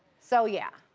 so yeah.